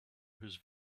whose